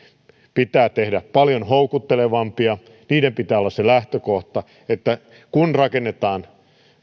pitää tehdä paljon houkuttelevampia niiden pitää olla se lähtökohta että kun rakennetaan